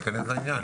ניכנס לעניין,